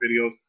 videos